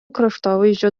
kraštovaizdžio